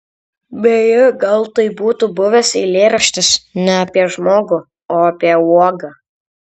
beje gal tai būtų buvęs eilėraštis ne apie žmogų o apie uogą